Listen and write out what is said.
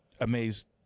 amazed